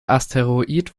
asteroid